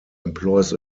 employs